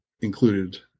included